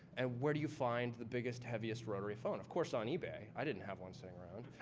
and where do you find the biggest, heaviest rotary phones? of course, on ebay. i didn't have one sitting around.